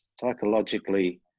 psychologically